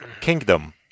Kingdom